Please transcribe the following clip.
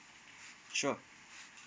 sure